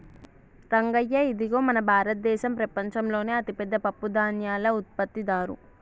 రంగయ్య ఇదిగో మన భారతదేసం ప్రపంచంలోనే అతిపెద్ద పప్పుధాన్యాల ఉత్పత్తిదారు